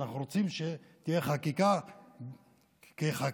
ואנחנו רוצים שתהיה חקיקה כחקיקת-יסוד.